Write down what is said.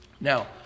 Now